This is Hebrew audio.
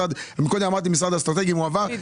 קודם אמרת לי שהועבר מהמשרד לנושאים אסטרטגיים .